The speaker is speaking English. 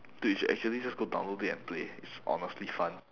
dude you should actually just go download it and play it's honestly fun